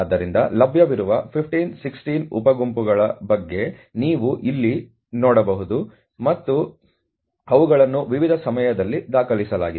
ಆದ್ದರಿಂದ ಲಭ್ಯವಿರುವ 15 16 ಉಪ ಗುಂಪುಗಳ ಬಗ್ಗೆ ನೀವು ಇಲ್ಲಿ ನೋಡಬಹುದು ಮತ್ತು ಅವುಗಳನ್ನು ವಿವಿಧ ಸಮಯಗಳಲ್ಲಿ ದಾಖಲಿಸಲಾಗಿದೆ